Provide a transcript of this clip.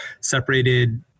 separated